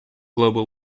global